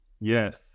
Yes